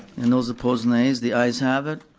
and those opposed nays, the ayes have it.